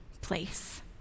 place